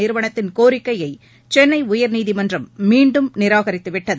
நிறுவனத்தின் கோரிக்கையை சென்னை உயர்நீதிமன்றம் மீண்டும் நிராகரித்து விட்டது